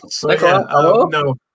Hello